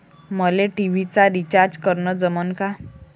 मले टी.व्ही चा रिचार्ज करन जमन का?